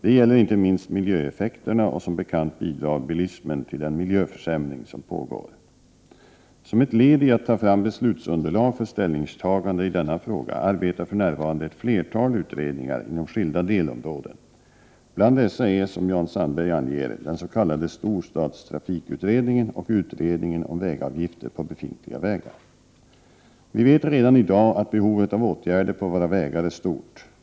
Det gäller inte minst miljöeffekterna, och som bekant bidrar bilismen till den miljöförsämring som pågår. Som ett led i att ta fram beslutsunderlag för ställningstagande i denna fråga arbetar för närvarande ett flertal utredningar inom skilda delområden. Bland dessa är, som Jan Sandberg anger, den s.k. storstadstrafikutredningen och utredningen om vägavgifter på befintliga vägar. Vi vet redan i dag att behovet av åtgärder på våra vägar är stort.